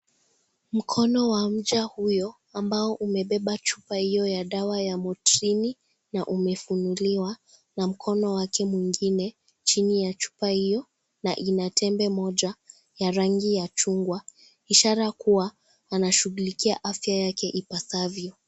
Mkono wa mja huyo ambao umebeba chupa hiyo ya dawa ya motrini na umefunuliwa na mkono wake mwingine chini ya chupa hiyo na tembe moja ya rangi ya chuungwa. Ishara kuwa ana shughulikia afya yake ipasavyo.